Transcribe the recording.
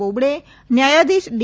બોબડે ન્યાયાધીશ ડી